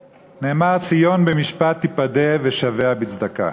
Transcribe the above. נאמר: ציון במשפט תיפדה ושביה בצדקה.